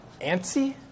antsy